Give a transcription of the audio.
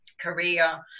Korea